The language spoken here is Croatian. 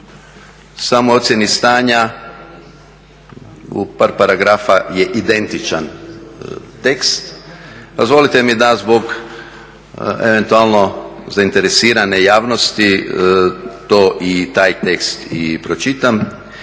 samoj ocjeni stanja u par paragrafa je identičan tekst. Dozvolite mi da zbog eventualno zainteresirane javnosti taj tek i pročitam